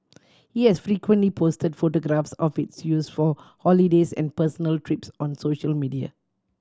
he has frequently posted photographs of its use for holidays and personal trips on social media